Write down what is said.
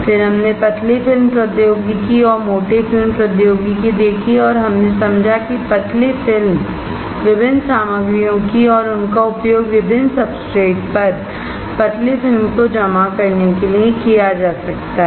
फिर हमने पतली फिल्म प्रौद्योगिकी और मोटी फिल्म प्रौद्योगिकी देखी और हमने समझा कि पतली फिल्म विभिन्न सामग्रियों की और उनका उपयोग विभिन्न सब्सट्रेट पर पतली फिल्म को जमा करने के लिए किया जा सकता है